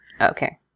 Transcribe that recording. Okay